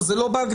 אז זה לא בהגדרה,